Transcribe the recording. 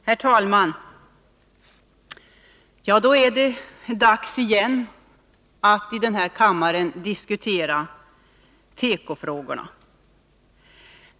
Herr talman! Då är det dags igen att i den här kammaren diskutera tekofrågorna.